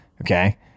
okay